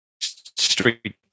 street